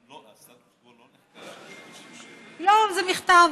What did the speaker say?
הסטטוס קוו לא נחקק, לא, זה מכתב.